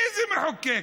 איזה מחוקק?